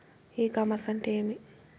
ఇ commerce అంటే ఏమి?